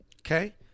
Okay